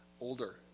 older